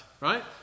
right